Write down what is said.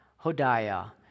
Hodiah